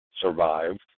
survived